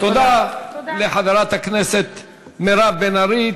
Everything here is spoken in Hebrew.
תודה לחברת הכנסת מירב בן ארי.